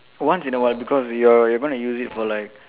once in a while because your you're going to use it for like